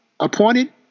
Appointed